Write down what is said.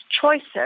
choices